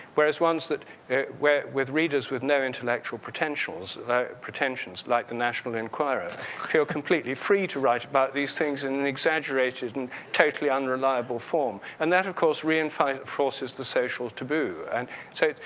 whereas once that where with readers with no intellectual potentials pretensions like the national inquirer feel completely free to write about these things and and exaggerate it in totally unreliable form. and that of course reinforces the social taboo and so,